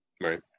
right